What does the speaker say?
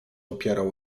opierał